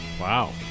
wow